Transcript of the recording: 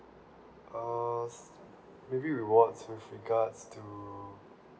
uh maybe rewards with regards to